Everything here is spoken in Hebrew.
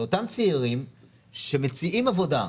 לאותם צעירים שמציעים עבודה,